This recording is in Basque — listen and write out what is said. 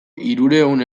hirurehun